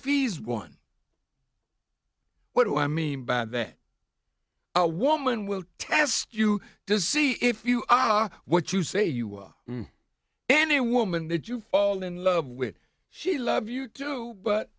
e's one what do i mean by that a woman will test you to see if you are what you say you are and a woman that you fall in love with she love you do but